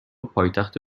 پایتخت